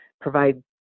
provide